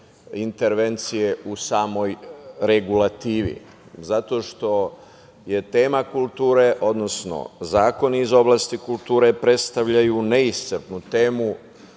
intervencije u samoj regulativi. Tema kultura, odnosno zakoni iz oblasti kulture predstavljaju neiscrpnu temu